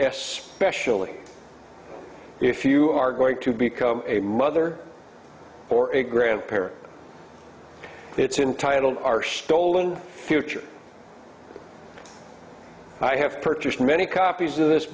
it specially if you are going to become a mother or a grandparent it's entitle our stolen future i have purchased many copies of this